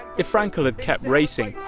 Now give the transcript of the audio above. if frankel had kept racing,